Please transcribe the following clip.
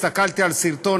הסתכלתי על סרטון,